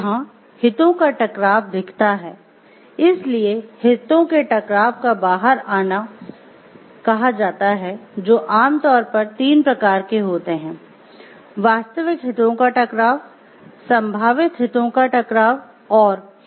यहां हितों का टकराव दिखता है इसलिए इसे हितों के टकराव का बाहर आना कहा जाता है जो आमतौर पर तीन प्रकार के होते हैं "वास्तविक हितों का टकराव"